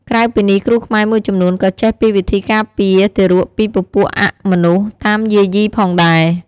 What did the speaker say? ក្រៅពីនេះគ្រូខ្មែរមួយចំនួនក៏ចេះពីវិធីកាពារទារកពីពពួកអមនុស្សតាមយាយីផងដែរ។